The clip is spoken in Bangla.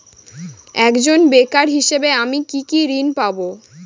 একজন বেকার হিসেবে আমি কি কি ঋণ পাব?